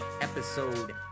episode